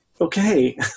okay